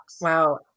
Wow